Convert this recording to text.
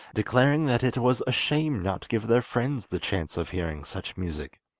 declaring that it was a shame not to give their friends the chance of hearing such music.